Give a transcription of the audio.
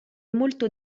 molto